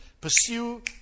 pursue